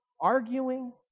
arguing